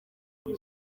aya